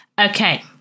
Okay